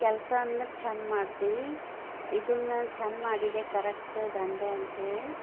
ಕೆಲಸ ಅಂದ್ರೆ ಚೆಂದ ಮಾಡ್ತೀವಿ ಇದನ್ನ ನಾನು ಚೆಂದ ಮಾಡಿದೆ ಕರೆಕ್ಟ್ ದಂಧೆ ಅಂಥೇಳಿ